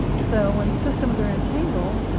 so when systems are entangled,